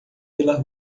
pela